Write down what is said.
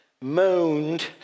moaned